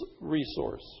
resource